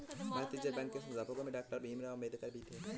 भारतीय reserve bank के संस्थापकों में डॉक्टर भीमराव अंबेडकर भी थे